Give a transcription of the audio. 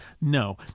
No